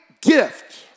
gift